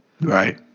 Right